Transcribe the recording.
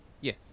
yes